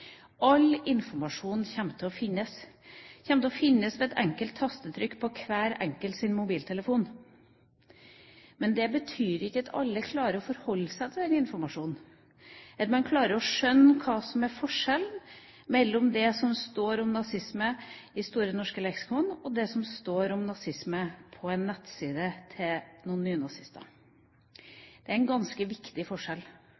All informasjon kommer til å finnes. Den kommer til å finnes ved et enkelt tastetrykk på hver enkelts mobiltelefon. Men det betyr ikke at alle klarer å forholde seg til den informasjonen, at man klarer å skjønne hva som er forskjellen mellom det som står om nazisme i Store norske leksikon, og det som står om nazisme på en nettside til noen nynazister. Det er en ganske viktig forskjell.